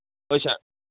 ꯍꯣꯏ ꯁꯥꯔ